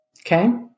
Okay